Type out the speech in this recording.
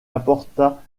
apporta